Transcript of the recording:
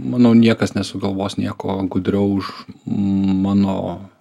manau niekas nesugalvos nieko gudriau už mano